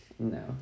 No